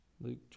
Luke